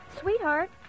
Sweetheart